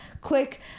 quick